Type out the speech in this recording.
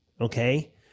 Okay